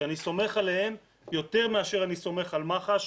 שאני סומך עליהם יותר מאשר אני סומך על מח"ש